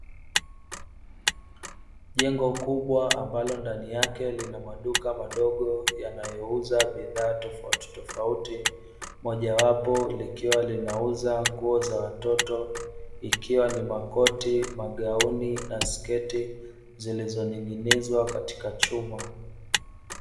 Jengo kubwa ambalo ndani yake lina maduka madogo yanayouza bidhaa tofauti tofauti, mojawapo likiwa linauza nguo. Ikiwa ni makoti, magauni na sketi zilizoning'inizwa katika chuma.